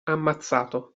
ammazzato